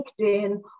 LinkedIn